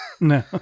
No